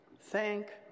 Thank